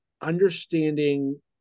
understanding